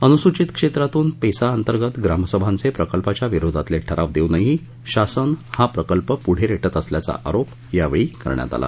अनुसूचित क्षेत्रातून पेसा अंतर्गत ग्रामसभांचे प्रकल्पाच्या विरोधातले ठराव देऊनही शासन हा प्रकल्प पुढे रेटत असल्याचा आरोप यावेळी करण्यात आला